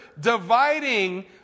dividing